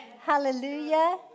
Hallelujah